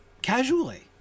Casually